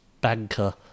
banker